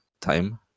time